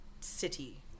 city